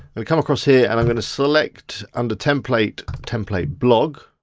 come across here, and i'm gonna select, under template, template blog,